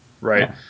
Right